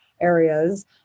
areas